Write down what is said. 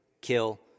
kill